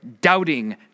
Doubting